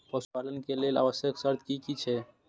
पशु पालन के लेल आवश्यक शर्त की की छै?